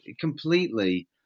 completely